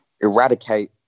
eradicate